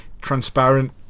transparent